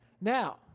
Now